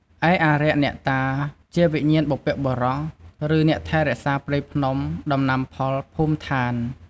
ឯអារក្ស អ្នកតា ជាវិញ្ញាណបុព្វបុរស ឬអ្នកថែរក្សាព្រៃភ្នំ ដំណាំផល ភូមិឋាន។